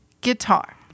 guitar